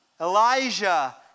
Elijah